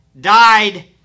died